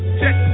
check